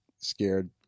scared-